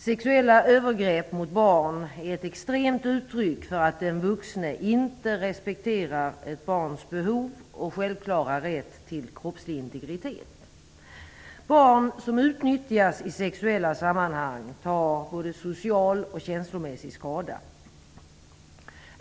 Sexuella övergrepp mot barn är ett extremt uttryck för att den vuxne inte respekterar ett barns behov och självklara rätt till kroppslig integritet. Barn som utnyttjas i sexuella sammanhang tar både social och känslomässig skada.